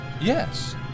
Yes